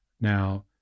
Now